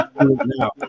now